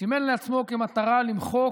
סימן לעצמו כמטרה למחוק